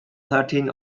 thirteen